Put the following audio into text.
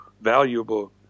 valuable